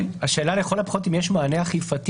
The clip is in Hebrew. השאלה לכל הפחות אם יש מענה אכיפתי